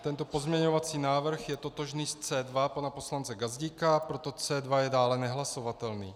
Tento pozměňovací návrh je totožný s C2 pana poslance Gazdíka, proto C2 je dále nehlasovatelný.